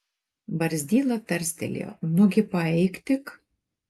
barzdyla tarstelėjo nugi paeik tik